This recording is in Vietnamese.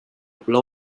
một